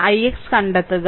ix കണ്ടെത്തുക